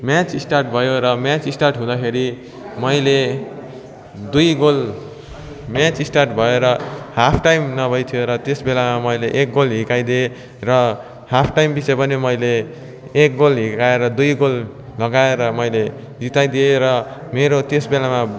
match start भयो र match start हुँदाखेरि मैले दुई गोल म्याच स्टार्ट भएर हाफ टाइम नभई थियो र त्यसबेलामा मैले एक गोल हिर्काइदिए र हाफ टाइमपछि पनि मैले एक गोल हिर्काएर दुई गोल लगाएर मैले जिताइदिएँ र मरो त्यसबेलामा